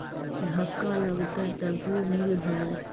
धक्का लगतय तभीयो मिल है?